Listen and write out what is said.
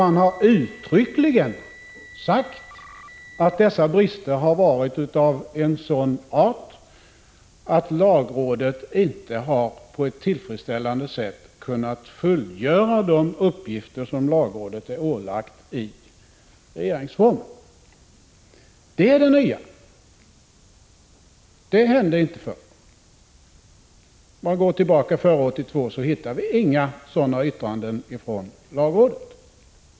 Lagrådet har uttryckligen sagt att dessa brister har varit av sådan art att lagrådet inte på ett tillfredsställande sätt har kunnat fullgöra de uppgifter som det ålagts i regeringsformen. Det är det nya. Det hände inte förr. Om man går tillbaka till före 1982 hittar man inga sådana yttranden från lagrådet.